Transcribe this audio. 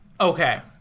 Okay